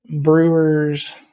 Brewers